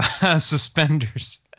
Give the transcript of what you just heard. suspenders